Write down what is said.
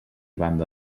banda